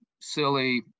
silly